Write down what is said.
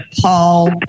Paul